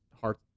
Heart